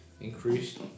increased